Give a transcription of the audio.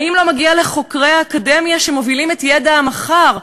האם לא מגיע לחוקרי האקדמיה שמובילים את ידע המחר,